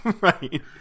Right